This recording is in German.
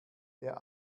der